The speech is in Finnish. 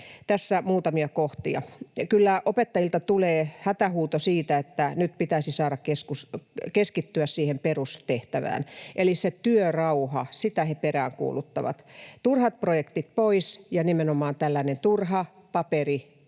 Tässä muutamia kohtia: Kyllä opettajilta tulee hätähuuto siitä, että nyt pitäisi saada keskittyä siihen perustehtävään. Eli se työrauha, sitä he peräänkuuluttavat. Turhat projektit pois ja nimenomaan tällainen turha